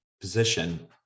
position